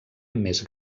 més